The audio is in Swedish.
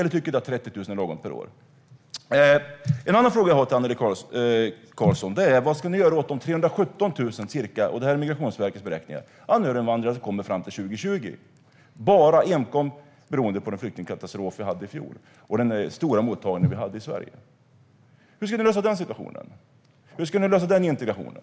Tycker du att 30 000 per år är lagom? En annan fråga jag har till Annelie Karlsson är vad ni ska göra åt de ca 317 000 - det är Migrationsverkets beräkningar - anhöriginvandrare som kommer fram till år 2020, enkom beroende på den flyktingkatastrof vi hade i fjol och den stora mottagning vi hade i Sverige. Hur ska ni lösa den situationen? Hur ska ni lösa den integrationen?